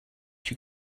you